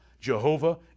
Jehovah